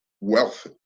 wealth